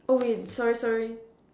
oh wait sorry sorry